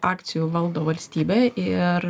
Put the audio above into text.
akcijų valdo valstybė ir